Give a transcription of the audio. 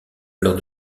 lors